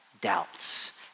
doubts